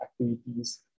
activities